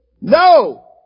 No